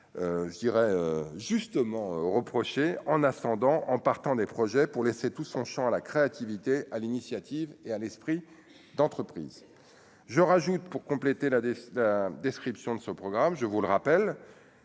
je dirais justement reprocher en attendant en partant des projets pour laisser tout son Champ à la créativité, à l'initiative et à l'esprit d'entreprise, je rajoute pour compléter la description de ce programme, je vous le rappelle,